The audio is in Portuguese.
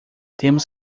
temos